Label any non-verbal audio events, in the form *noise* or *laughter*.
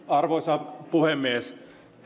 *unintelligible* arvoisa puhemies